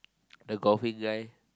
the golfing guy